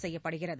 செய்யப்படுகிறது